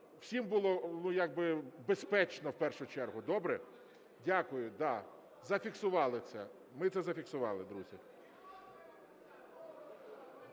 всім було як би безпечно в першу чергу, добре? Дякую. Да, зафіксували це, ми це зафіксували, друзі.